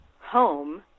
home